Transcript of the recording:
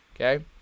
okay